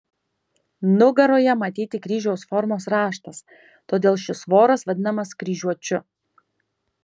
nugaroje matyti kryžiaus formos raštas todėl šis voras vadinamas kryžiuočiu